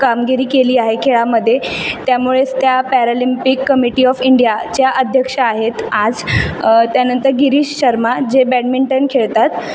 कामगिरी केली आहे खेळामध्ये त्यामुळेच त्या पॅरॉलिंपिक कमिटी ऑफ इंडियाच्या अध्यक्ष आहेत आज त्यानंतर गिरीश शर्मा जे बॅडमिंटन खेळतात